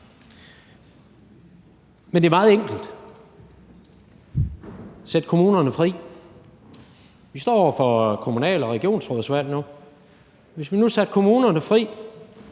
Men det er meget enkelt. Sæt kommunerne fri. Vi står over for et kommunal- og regionsrådsvalg nu. Hvis vi nu satte kommunerne fri